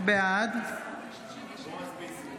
בעד בועז ביסמוט,